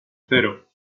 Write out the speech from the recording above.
cero